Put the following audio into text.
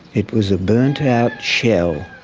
it was a burnt out shell,